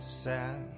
sad